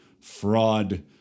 fraud